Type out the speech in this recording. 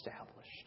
established